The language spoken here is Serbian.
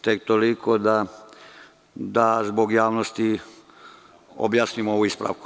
Tek toliko da zbog javnosti objasnimo ovu ispravku.